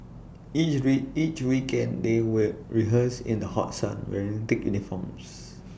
each ray each weekend they will rehearse in the hot sun wearing thick uniforms